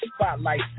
Spotlight